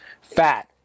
Fat